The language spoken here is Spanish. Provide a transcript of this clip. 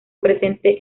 presente